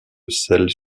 celles